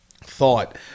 thought